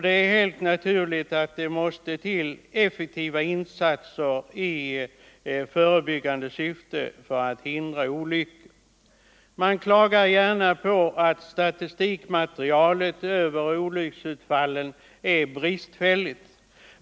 Det är helt naturligt att det måste till effektiva insatser i förebyggande syfte för att hindra olyckor. Det klagas på att statistiken över olycksutfallen är bristfällig.